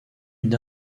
une